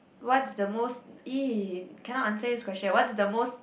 what's the most cannot answer this question what's the most